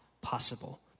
possible